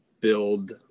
build